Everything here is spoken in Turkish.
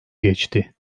geçti